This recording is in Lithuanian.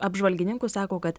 apžvalgininkų sako kad